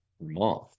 month